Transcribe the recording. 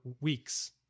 weeks